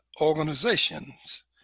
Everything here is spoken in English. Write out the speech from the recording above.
organizations